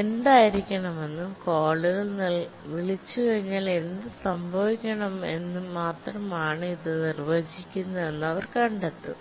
എന്തായിരിക്കണമെന്നും കോളുകൾ വിളിച്ചുകഴിഞ്ഞാൽ എന്തുസംഭവിക്കണമെന്നും മാത്രമാണ് ഇത് നിർവചിക്കുന്നതെന്ന് അവർ കണ്ടെത്തും